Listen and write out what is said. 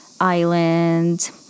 island